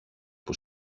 που